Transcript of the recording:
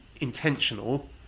intentional